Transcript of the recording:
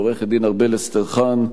לעורכת-דין ארבל אסטרחן,